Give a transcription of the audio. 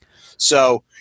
So-